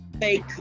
fake